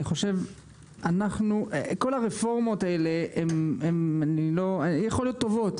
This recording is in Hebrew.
אני חושב כל הרפורמות האלה הם יכול להיות טובות,